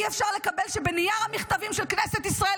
אי-אפשר לקבל שבנייר המכתבים של כנסת ישראל